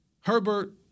Herbert